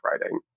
writing